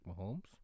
Mahomes